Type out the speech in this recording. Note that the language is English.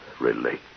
relate